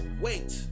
wait